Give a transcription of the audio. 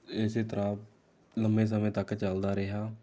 ਇਸੇ ਤਰ੍ਹਾਂ ਲੰਮੇ ਸਮੇਂ ਤੱਕ ਚੱਲਦਾ ਰਿਹਾ